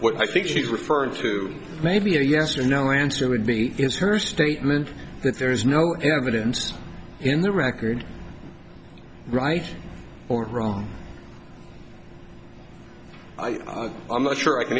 what i think she's referring to maybe a yes or no answer would be her statement that there is no evidence in the record right or wrong i'm not sure i can